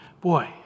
Boy